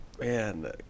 man